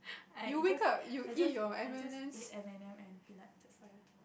I it just I just I just eat M and M and peanut just now